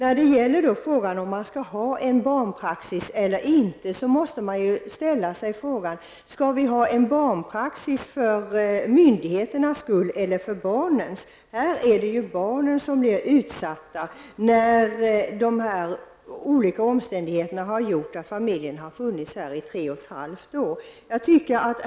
Vad gäller om man skall ha en barnpraxis eller inte, måste man ställa sig frågan: Skall vi ha en barnpraxis för myndigheternas skull eller för barnens? Här är det barnen som blir utsatta när de olika omständigheterna har medfört att familjen har vistats här i tre och ett halvt år.